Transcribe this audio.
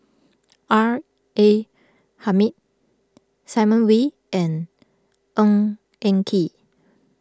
R A Hamid Simon Wee and Ng Eng Kee